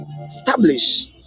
establish